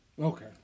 Okay